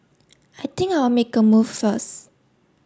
I think I'll make a move first